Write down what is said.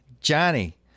Johnny